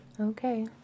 Okay